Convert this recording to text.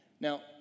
now